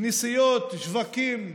כנסיות, שווקים,